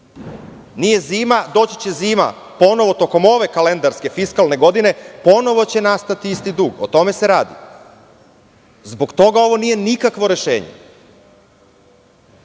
Nije zima, doći će zima ponovo tokom ove kalendarske, fiskalne godine, ponovo će nastati isti dug. O tome se radi. Zbog toga ovo nije nikakvo rešenje.